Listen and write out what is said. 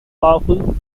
powerful